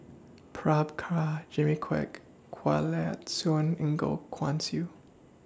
Jimmy Quek Kanwaljit Soin Goh Guan Siew